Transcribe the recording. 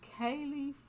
Kaylee